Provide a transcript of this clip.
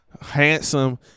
handsome